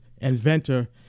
inventor